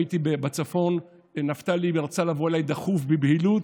הייתי בצפון, ונפתלי רצה לבוא אליי דחוף, בבהילות.